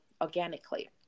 organically